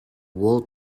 whole